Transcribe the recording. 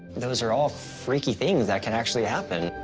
those are all freaky things that can actually happen.